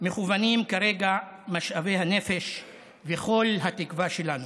מכוונים כרגע משאבי הנפש וכל התקווה שלנו".